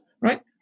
right